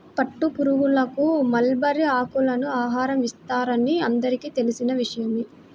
పట్టుపురుగులకు మల్బరీ ఆకులను ఆహారం ఇస్తారని అందరికీ తెలిసిన విషయమే